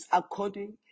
according